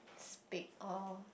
speak or